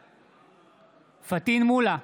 בעד פטין מולא,